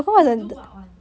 is do what [one]